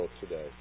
today